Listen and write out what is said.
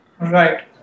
Right